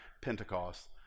Pentecost